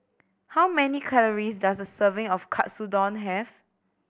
how many calories does a serving of Katsudon have